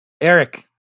Eric